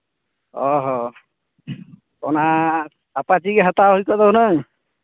ᱚᱻ ᱦᱚᱸ ᱚᱱᱟ ᱟᱯᱟᱪᱤ ᱜᱮ ᱦᱟᱛᱟᱣ ᱠᱚᱜ ᱫᱚ ᱦᱩᱱᱟᱹᱝ